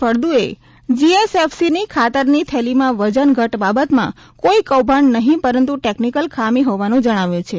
ફળદુએ જીએસએફસીની ખાતરની થેલીમાં વજન ઘટ બાબતમાં કોઈ કૌભાંડ નહીં પરંતુ ટેકનીકલ ખામી હોવાનું જણાવ્યું છે